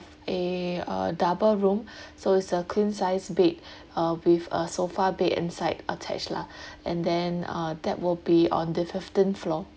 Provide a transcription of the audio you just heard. a uh double room so it's a queen sized bed uh with a sofa bed inside attached lah and then uh that will be on the fifteenth floor